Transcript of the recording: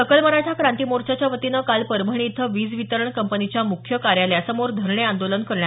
सकल मराठा क्रांती मोर्चाच्या वतीनं काल परभणी इथं वीज वितरण कंपनीच्या मुख्य कार्यालयासमोर धरणे आंदोलन करण्यात आलं